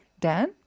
Dan